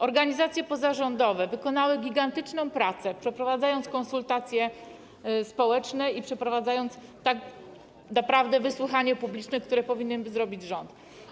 Organizacje pozarządowe wykonały gigantyczną pracę, przeprowadzając konsultacje społeczne, przeprowadzając tak naprawdę wysłuchanie publiczne, które powinien zrobić rząd.